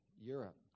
Europe